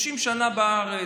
30 שנה בארץ,